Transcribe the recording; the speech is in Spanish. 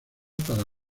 para